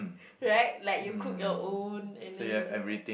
right like you cook our own and then you just like